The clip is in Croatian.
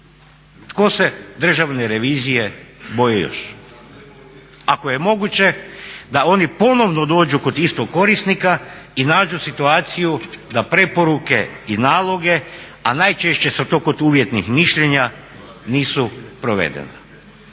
Tko se Državne revizije boji još? Ako je moguće da oni ponovno dođu kod istog korisnika i nađu situaciju da preporuke i naloge, a najčešće su to kod uvjetnih mišljenja nisu provedene.